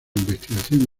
investigación